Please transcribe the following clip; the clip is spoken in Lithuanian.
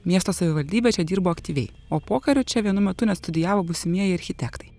miesto savivaldybė čia dirbo aktyviai o pokariu čia vienu metu net studijavo būsimieji architektai